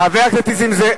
חבר הכנסת נסים זאב,